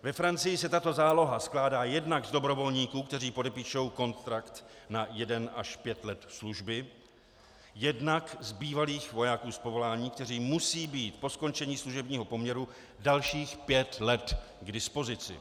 Ve Francii se tato záloha skládá jednak z dobrovolníků, kteří podepíší kontrakt na jeden až pět let služby, jednak z bývalých vojáků z povolání, kteří musí být po skončení služebního poměru dalších pět let k dispozici.